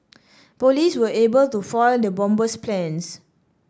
police were able to foil the bomber's plans